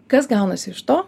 kas gaunasi iš to